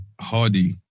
Hardy